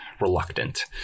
reluctant